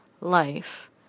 life